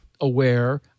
aware